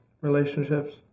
relationships